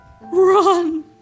Run